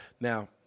Now